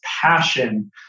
passion